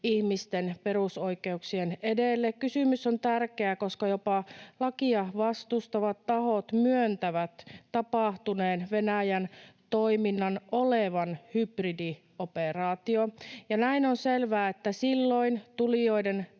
ihmisten perusoikeuksien edelle. Kysymys on tärkeä, koska jopa lakia vastustavat tahot myöntävät tapahtuneen Venäjän toiminnan olevan hybridioperaatio, ja näin on selvää, että silloin tulijoiden